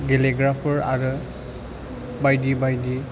गेलेग्राफोर आरो बायदि बायदि